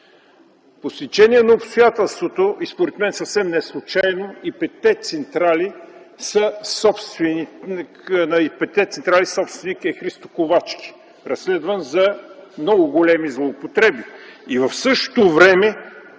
По стечение на обстоятелствата – и според мен съвсем неслучайно, и петте централи са собственост на Христо Ковачки – разследван за много големи злоупотреби